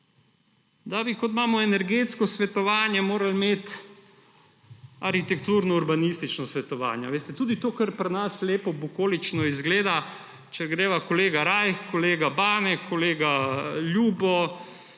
Da bi, kot imamo energetsko svetovanje, morali imeti arhitekturno-urbanistično svetovanje. Tudi to, kar pri nas lepo, bukolično izgleda, če gremo kolega Rajh, kolega Bane, kolega Ljubo,